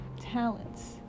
talents